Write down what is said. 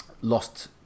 lost